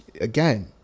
again